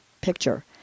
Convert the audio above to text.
picture